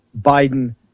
Biden